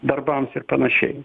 darbams ir panašiai